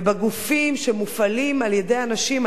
ובגופים שמופעלים על-ידי אנשים,